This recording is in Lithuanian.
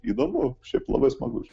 įdomuo šiaip labai smagu čia